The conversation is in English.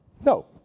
No